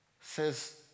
says